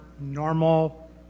normal